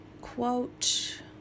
quote